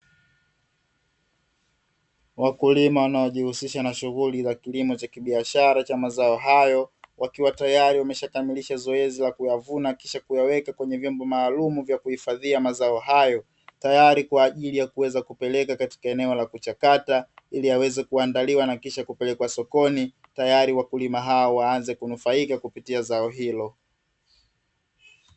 Wakulima wanaojihusisha na shughuli za kilimo cha kibiashara cha mazao hayo, wakiwa tayari wameshakamilisha zoezi la kuyavuna, kisha kuyaweka kwenye vyombo maalumu ya kuhifadhia mazao hayo, tayari kupeleka katika eneo la kuchakata ili yaweze kuandaliwa na kupelekwa sokoni, tayari kwa wakulima hao waanze kufaidika kupitia zao hilo.